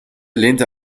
lehnte